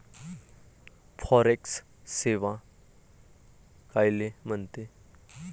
Forex सेवा कायले म्हनते?